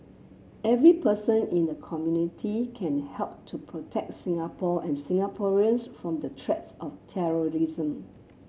every person in the community can help to protect Singapore and Singaporeans from the threat of terrorism